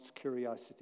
curiosity